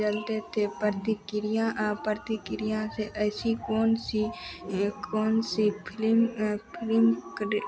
चलते थे प्रतिक्रिया प्रतिक्रिया से ऐसी कौन सी कौन सी फिलिम फिलिम क्रेड